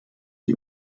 die